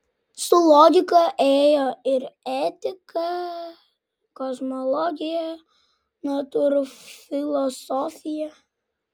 su logika ėjo ir etika kosmologija natūrfilosofija